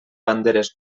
banderes